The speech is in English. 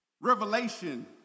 Revelation